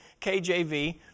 KJV